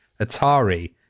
Atari